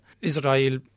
Israel